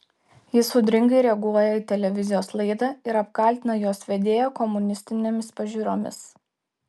jis audringai reaguoja į televizijos laidą ir apkaltina jos vedėją komunistinėmis pažiūromis